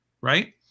right